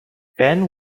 ben